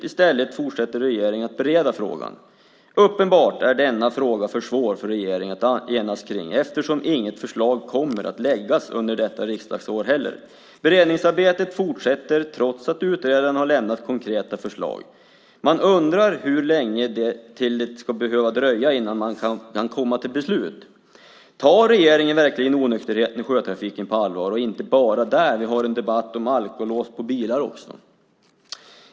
I stället fortsätter regeringen att bereda frågan. Uppenbarligen är det för svårt för regeringen att enas i frågan. Inte heller under detta riksdagsår kommer ju något förslag att läggas fram. Beredningsarbetet fortsätter alltså trots att utredaren har avlämnat konkreta förslag. Man undrar hur länge till det ska behöva dröja innan regeringen kan komma till beslut. Tar regeringen verkligen frågan om onykterhet i sjötrafiken på allvar? Ja, det gäller inte bara där. Vi har ju också en debatt om alkolås på bilar.